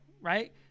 right